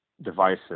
devices